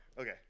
Okay